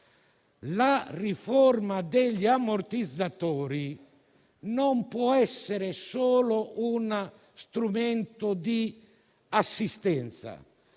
La riforma degli ammortizzatori non può essere solo uno strumento di assistenza,